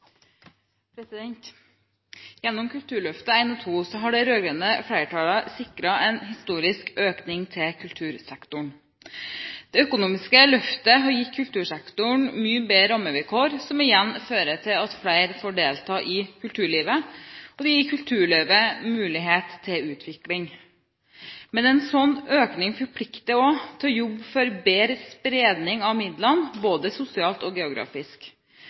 historisk økning til kultursektoren. Det økonomiske løftet har gitt kultursektoren mye bedre rammevilkår, som igjen fører til at flere får delta i kulturlivet, og det gir kulturlivet mulighet til utvikling. Men en slik økning forplikter også til å jobbe for bedre spredning av midlene både sosialt og geografisk.